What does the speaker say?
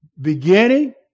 beginning